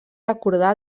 recordar